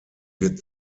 wird